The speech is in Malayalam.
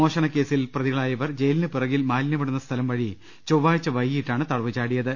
മോഷണ കേസിൽ പ്രതികളായ് ഇവർ ജയിലിന് പിറ കിൽ മാലിന്യമിടുന്ന സ്ഥലം വഴി ചൊവ്വാഴ്ച വൈകീട്ടാണ് തടവ് ചാടിയത്